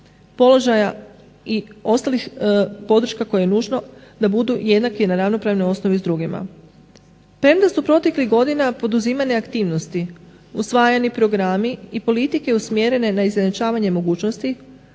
položaja i ostalih podrška koje je nužno da budu jednaki i na ravnopravnoj osnovi s drugima. Premda su proteklih godina poduzimane aktivnosti, usvajani programi i politike usmjerene na izjednačavanje mogućnosti